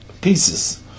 pieces